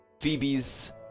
Phoebe's